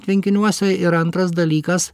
tvenkiniuose ir antras dalykas